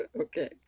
Okay